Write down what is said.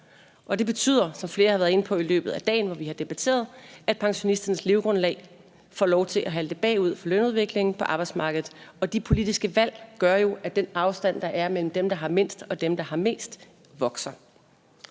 det betyder, som flere har været inde på i løbet af dagen, hvor vi har debatteret, at pensionisternes levegrundlag får lov til at halte bagud for lønudviklingen på arbejdsmarkedet, og de politiske valg gør jo, at den afstand, der er imellem dem, der har mindst, og dem, der har mest, vokser.